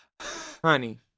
Honey